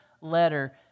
letter